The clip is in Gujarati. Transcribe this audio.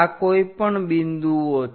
આ કોઈપણ બિંદુઓ છે